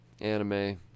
anime